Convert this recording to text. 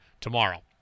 tomorrow